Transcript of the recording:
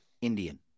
Indian